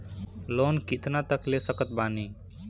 Loan कितना तक ले सकत बानी?